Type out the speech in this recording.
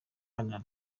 iharanira